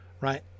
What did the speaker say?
right